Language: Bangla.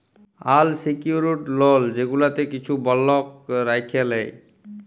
আল সিকিউরড লল যেগুলাতে কিছু বল্ধক রাইখে লেই